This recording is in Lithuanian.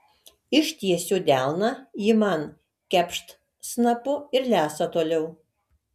ištiesiu delną ji man kepšt snapu ir lesa toliau